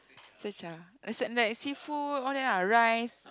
Zi-char as in like seafood all that ah rice